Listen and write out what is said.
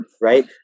right